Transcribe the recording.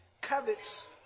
covets